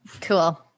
Cool